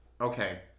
Okay